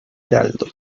heraldo